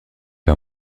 pas